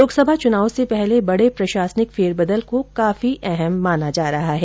लोकसभा चुनाव से पहले बड़े प्रशासनिक फेरबदल को काफी अहम माना जा रहा है